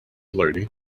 lady